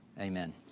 Amen